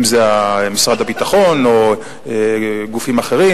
אם זה משרד הביטחון או גופים אחרים,